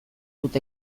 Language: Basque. dut